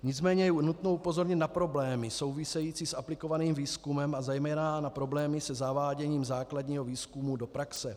Nicméně je nutno upozornit na problémy související s aplikovaným výzkumem a zejména na problémy se zaváděním základního výzkumu do praxe.